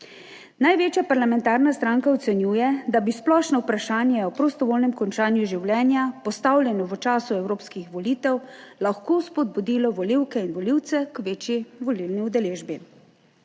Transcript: Največja parlamentarna stranka ocenjuje, da bi splošno vprašanje o prostovoljnem končanju življenja, postavljeno v času evropskih volitev, lahko spodbudilo volivke in volivce k večji volilni udeležbi.